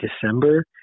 December